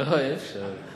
לא, אי-אפשר.